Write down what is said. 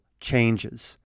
changes